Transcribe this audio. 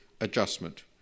adjustment